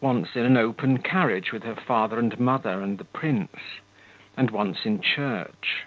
once, in an open carriage with her father and mother and the prince and once, in church.